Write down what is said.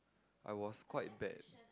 I was quite bad